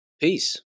Peace